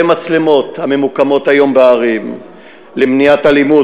מצלמות הממוקמות היום בערים למניעת אלימות,